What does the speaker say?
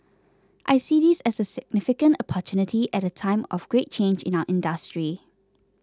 I see this as a significant opportunity at a time of great change in our industry